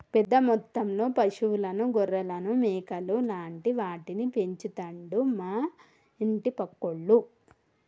పెద్ద మొత్తంలో పశువులను గొర్రెలను మేకలు లాంటి వాటిని పెంచుతండు మా ఇంటి పక్కోళ్లు